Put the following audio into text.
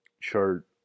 chart